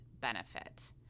benefit